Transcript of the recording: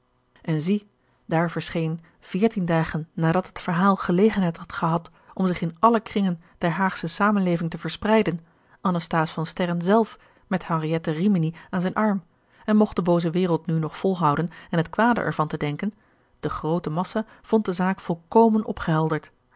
en zie daar verscheen veertien dagen nadat het verhaal gelegenheid had gehad om zich in alle kringen der haag sche zamenleving te verspreiden anasthase van sterren zelf met henriette bimini aan zijn arm en mocht de booze wereld nu nog volhouden en het kwade er van te denken de groote massa vond de zaak volkomen